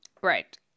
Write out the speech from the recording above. Right